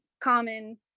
common